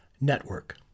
Network